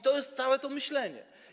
To jest całe to myślenie.